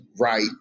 right